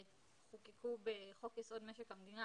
שחוקקו בחוק יסוד: משק המדינה,